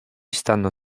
stanno